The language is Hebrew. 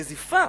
נזיפה.